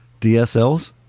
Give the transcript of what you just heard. DSLs